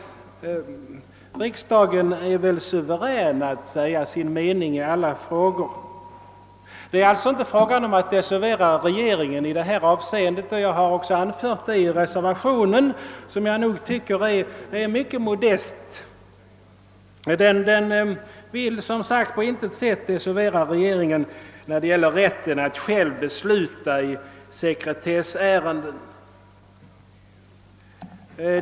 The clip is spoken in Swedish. Riksdagen är väl suverän att säga sin mening i alla frågor? Det är alltså inte fråga om att desavouera regeringen, och det har jag också anfört i reservationen, som jag tycker är mycket modest. Jag vill som sagt på intet sätt desavouera regeringen när det gäller rätten att själv besluta i sekretessärenden.